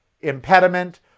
impediment